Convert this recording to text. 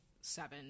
seven